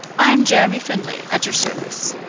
i am jeremy findlay, at your service.